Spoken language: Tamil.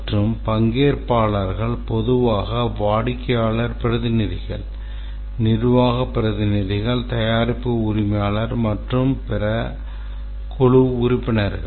மற்றும் பங்கேற்பாளர்கள் பொதுவாக வாடிக்கையாளர் பிரதிநிதிகள் நிர்வாக பிரதிநிதிகள் தயாரிப்பு உரிமையாளர் மற்றும் பிற குழு உறுப்பினர்கள்